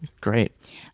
Great